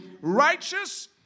righteous